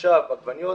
עכשיו עגבניות,